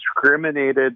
discriminated